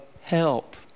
help